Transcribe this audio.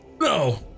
No